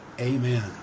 amen